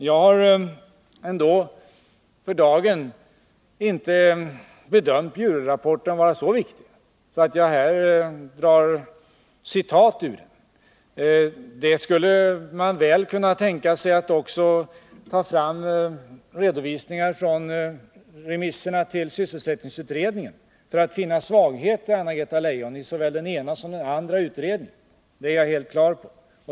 Jag har för dagen inte bedömt Bjurelrapporten vara så viktig att jag här drar citat ur den. Man kan mycket väl ta fram synpunkter från remissvaren på sysselsättningsutredningen för att, Anna-Greta Leijon, finna svagheter i såväl den ena som den andra utredningen — det är jag helt på det klara med.